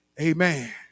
Amen